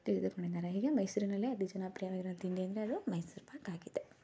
ತಿಳಿದುಕೊಂಡಿದ್ದಾರೆ ಹೀಗೆ ಮೈಸೂರಿನಲ್ಲಿ ಅತಿ ಜನಪ್ರಿಯವಾಗಿರುವ ತಿಂಡಿ ಎಂದರೆ ಅದು ಮೈಸೂರು ಪಾಕ್ ಆಗಿದೆ